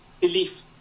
belief